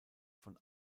von